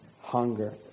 hunger